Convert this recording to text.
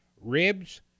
ribs